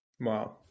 wow